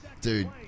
Dude